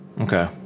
Okay